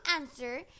answer